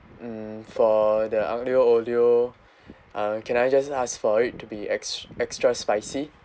mm for the aglio-olio uh can I just ask for it to be ex~ extra spicy